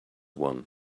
one